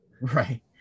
Right